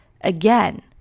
again